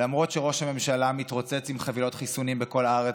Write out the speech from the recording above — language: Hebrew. למרות שראש הממשלה מתרוצץ עם חבילות חיסונים בכל הארץ,